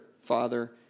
father